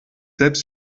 selbst